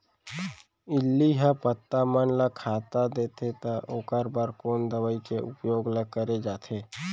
इल्ली ह पत्ता मन ला खाता देथे त ओखर बर कोन दवई के उपयोग ल करे जाथे?